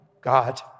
God